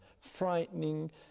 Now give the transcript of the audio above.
frightening